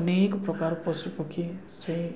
ଅନେକ ପ୍ରକାର ପଶୁ ପକ୍ଷୀ ସେଇ